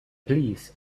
please